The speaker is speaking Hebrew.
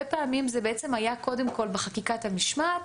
הרבה פעמים זה היה קודם כול בחקיקת המשמעת